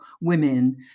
women